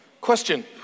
Question